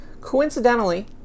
Coincidentally